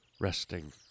resting